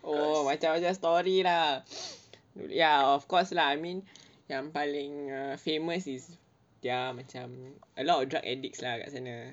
oh I tell you just story lah ya of course lah I mean yang paling err famous is their macam a lot of drug addicts lah kat sana